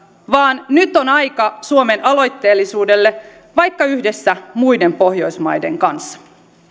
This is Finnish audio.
vaan nyt on aika suomen aloitteellisuudelle vaikka yhdessä muiden pohjoismaiden kanssa